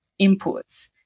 inputs